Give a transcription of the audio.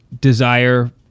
desire